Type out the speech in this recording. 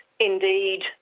Indeed